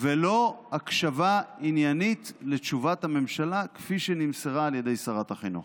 ולא הקשבה עניינית לתשובת הממשלה כפי שנמסרה על ידי שרת החינוך.